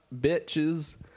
bitches